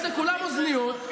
יש לכולם אוזניות,